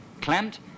clamped